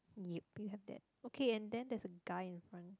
yup you have that okay and then there is a guy in front